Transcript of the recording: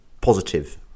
positive